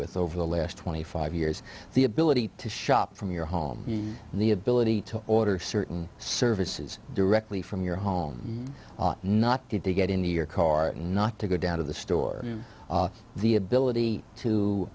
with over the last twenty five years the ability to shop from your home and the ability to order certain services directly from your home not good to get into your car not to go down to the store the ability